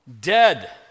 dead